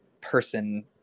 person